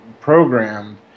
programmed